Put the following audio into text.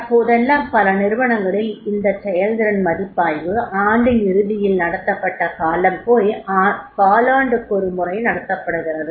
தற்போதெல்லாம் பல நிறுவனங்களில் இந்த செயல்திறன் மதிப்பாய்வு ஆண்டின் இறுதியில் நடத்தப்பட்ட காலம் போய் காலாண்டுக்கொரு முறை நடத்தப்படுகிறது